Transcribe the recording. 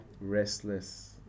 restless